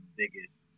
biggest